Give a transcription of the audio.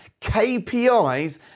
KPIs